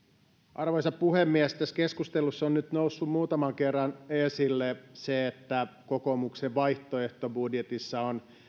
arvoisa puhemies tässä keskustelussa on nyt noussut muutaman kerran esille että kokoomuksen vaihtoehtobudjetissa on